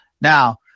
Now